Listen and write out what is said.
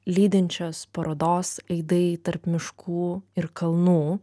lydinčios parodos aidai tarp miškų ir kalnų